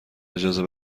اجازه